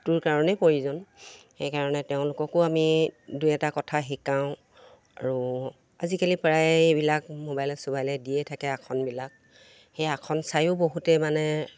টোৰ কাৰণে প্ৰয়োজন সেইকাৰণে তেওঁলোককো আমি দুই এটা কথা শিকাওঁ আৰু আজিকালি প্ৰায় এইবিলাক মোবাইলে চোবাইলে দিয়ে থাকে আসনবিলাক সেই আসন চায়ো বহুতে মানে